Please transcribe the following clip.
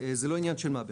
זה לא עניין של מה בכך.